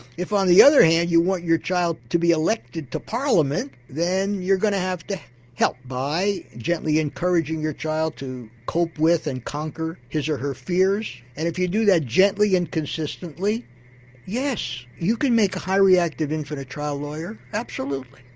if on the other hand you want your child to be elected to parliament, then you're going to have to help by gently encouraging your child to cope with and conquer his or her fears, and if you do that gently and consistently yes, you can make a high reactive infant a trial lawyer absolutely.